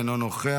אינו נוכח,